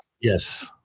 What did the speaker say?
Yes